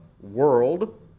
world